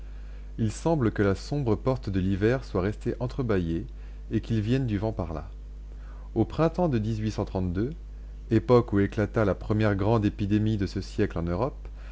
il semble que la sombre porte de l'hiver soit restée entrebâillée et qu'il vienne du vent par là au printemps de époque où éclata la première grande épidémie de ce siècle en europe